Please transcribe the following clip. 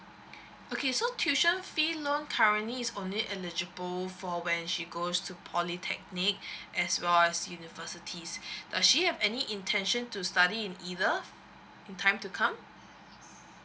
okay so tuition fee loan currently is only eligible for when she goes to polytechnic as well as universities does she have any intention to study in either in time to come